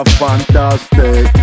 fantastic